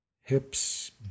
hips